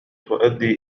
تؤدي